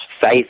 faith